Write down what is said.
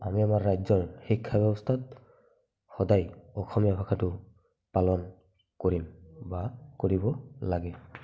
আমি অমাৰ ৰাজ্যৰ শিক্ষা ব্যৱস্থাত সদাই অসমীয়া ভাষাটো পালন কৰিম বা কৰিব লাগে